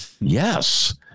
Yes